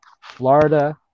Florida